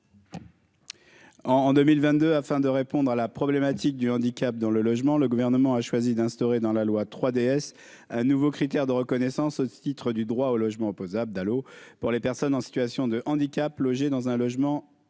en 2022 afin de répondre à la problématique du handicap dans le logement, le gouvernement a choisi d'instaurer dans la loi 3DS un nouveau critère de reconnaissance au titre du droit au logement opposable Dalo pour les personnes en situation de handicap logée dans un logement